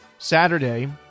Saturday